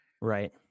Right